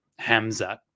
Hamzat